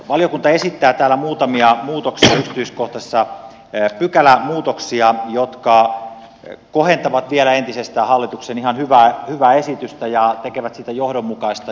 valiokunta esittää täällä muutamia muutoksia yksityiskohtaisia pykälämuutoksia jotka kohentavat vielä entisestään hallituksen ihan hyvää esitystä ja tekevät siitä johdonmukaisen